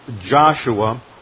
Joshua